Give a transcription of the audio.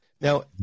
Now